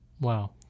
Wow